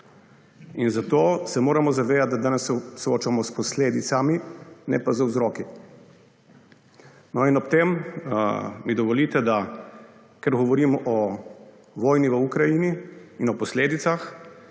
In zato se moramo zavedati, da danes se soočamo s posledicami, ne pa z vzroki. No, in ob tem mi dovolite, da, ker govorim o vojni v Ukrajini in o posledicah,